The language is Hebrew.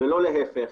ולא להיפך,